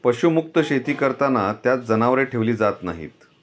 पशुमुक्त शेती करताना त्यात जनावरे ठेवली जात नाहीत